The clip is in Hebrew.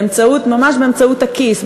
ממש באמצעות הכיס,